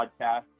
podcast